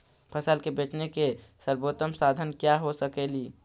फसल के बेचने के सरबोतम साधन क्या हो सकेली?